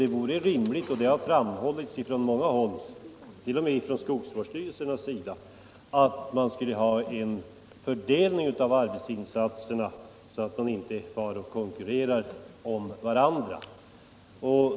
Det vore rimligt, och det har framhållits från många håll, t.o.m. från skogsvårdsstyrelsernas sida, att man skulle ha en fördelning av arbetsinsatserna, så att skogsägarorganisationerna och skogsvårdsstyrelserna inte konkurrerar med varandra.